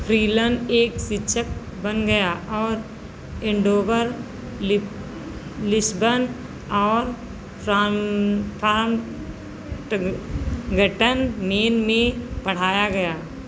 Freeland एक शिक्षक बन गया और एन्डोवर लि लिस्बन और में पढ़ाया गया